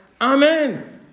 Amen